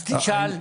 אז תשאל.